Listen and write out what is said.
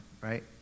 right